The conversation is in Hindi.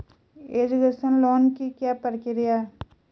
एजुकेशन लोन की क्या प्रक्रिया है?